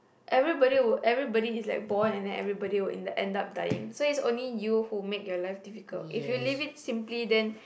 everybody will everybody is like born and then everybody will in the end up dying so it's only you who make your life difficult if you leave it simply then